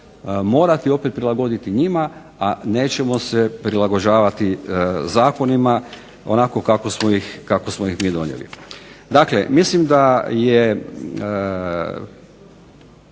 morati opet prilagoditi njima, a nećemo se prilagođavati zakonima onako kako smo ih mi donijeli. Dakle, mislim da je